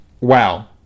Wow